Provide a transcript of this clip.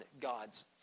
God's